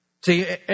See